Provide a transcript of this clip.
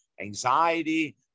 anxiety